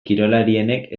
kirolarienek